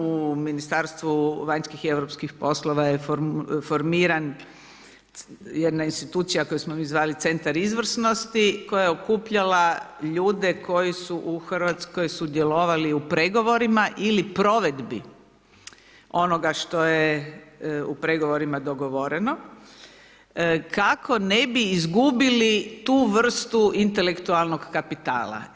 U Ministarstvu vanjskih i europskih poslova je formirana jedna institucija koju smo mi zvali centar izvrsnosti koja je okupljala ljude koji su u Hrvatskoj sudjelovali u pregovorima ili provedbi onoga što je u pregovorima dogovoreno kako ne bi izgubili tu vrstu intelektualnog kapitala.